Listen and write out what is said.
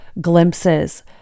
glimpses